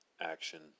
action